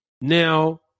Now